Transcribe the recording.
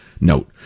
Note